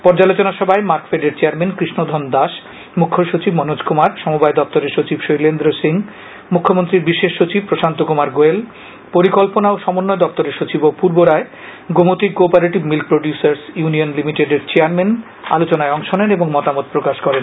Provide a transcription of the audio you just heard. পর্যালোচনা সভায় মার্কফেড এর চেয়ারম্যান কৃষ্ণধন দাস মুখ্যসচিব মনোজ কৃমার সমবায় দপ্তরের সচিব শৈলেন্দ্র সিং মুখ্যমন্ত্রীর বিশেষ সচিব প্রশান্ত কুমার গোয়েল পরিকল্পনা ও সমন্বয় দপ্তরের সচিব Apurba Roy Gomati cooperative milk producers union লিমিটেডের চেয়ারম্যান আলোচনায় অংশ নেন এবং মতামত প্রকাশ করেন